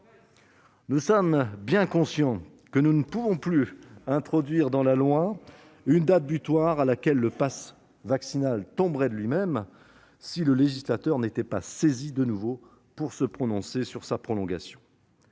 Nous en sommes bien conscients, nous ne pouvons plus introduire dans la loi une date butoir à laquelle le passe vaccinal tomberait de lui-même si le législateur n'était pas de nouveau saisi pour se prononcer sur sa prolongation.